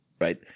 right